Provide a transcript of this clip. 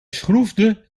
schroefde